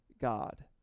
God